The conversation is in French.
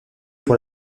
pour